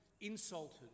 insulted